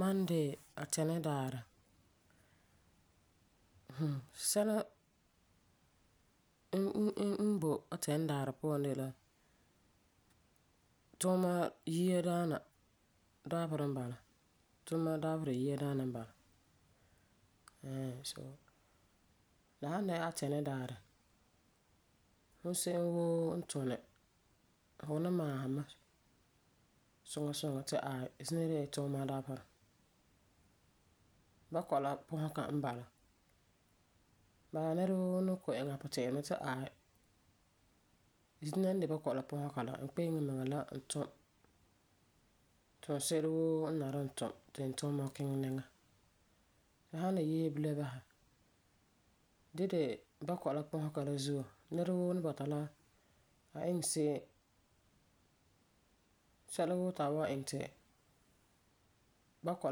Monday Atɛnidaarɛ hmm, sɛla n n n boi Atɛnidaarɛ puan de la tuuma yia daana dabeserɛ n bala. Tuuma dabeserɛ yiadaana n bala woo la san dɛna Atɛnidaarɛ, fum se'em woo n tuni, fu ni maasum mɛ suŋa suŋa ti aai, zina de la tuuma dabeserɛ. Bakɔi la pɔsega n bala. Bala la nɛra woo ni kɔ'ɔm iŋɛ a puti'irɛ mɛ ti aai, zina n de bakɔi la pɔsega la, n kpeŋe n miŋa ge ta'am tum tuunsi'a woo n nari ti n tum ti n tuuma kiŋɛ nɛŋa. Tu san yese bilam basɛ, di n de bakɔi la pɔsega la zuo nɛra woo ni bɔta la iŋɛ se'em, sɛla woo ti a wan ti bakɔi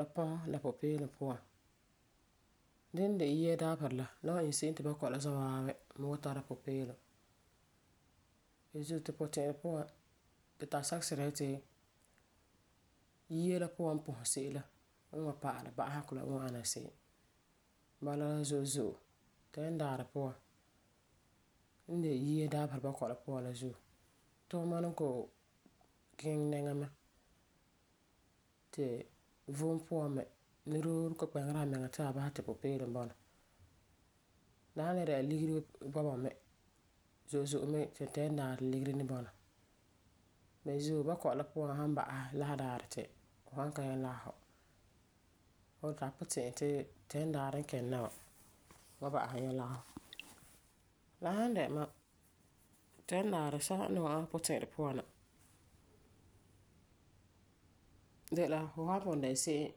la pɔsɛ la pupeelum puan. Dini n de yia dabeserɛ la, la wan iŋɛ se'em ti bakɔi la za'a waabi wan tara pupeelum. Beni zuo tu puti'irɛ puan, tu tari sake sira yeti yia puan la n pɔsɛ se'em n wan pa'alɛ ba'asegɔ la n wan ana se'em. Bala la zo'e zo'e Tɛnidaarɛ puan n de yiadabeserɛ bakɔi puan la zuo, tuuma ni kɔ'ɔm kiŋɛ nɛŋa mɛ. Ti vom puan me nɛrewoo ni kpeŋera amiŋa ti basɛ ti pupeelum bɔna. La san le dɛna ligeri bɔba me ti Tɛnidaarɛ, ligeri bɔna. Beni zuo bakɔi la san ba'asɛ Lasedaarɛ ti fu ka nyɛ lagefɔ, fu tari puti'irɛ ti Tɛnidaarɛ n kini na wa fu wan ba'asum nyɛ lagefɔ. La san dɛna mam, Tɛnidaarɛ sɛla n ni wa'am mam puti'irɛ puan na de la, fu san pugum dɛna se'em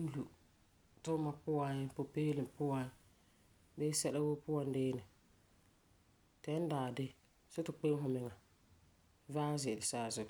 n lui tuuma puan, pupeelum puan bii sɛla puan deeni, Tɛnidaarɛ de, see ti fu kpeŋe fumiŋa vaɛ ze'ele saazuo.